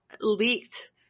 leaked